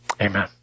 Amen